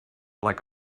like